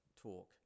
talk